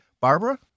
Barbara